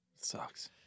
Sucks